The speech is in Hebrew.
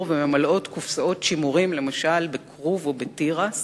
וממלאות קופסאות שימורים בכרוב או בתירס,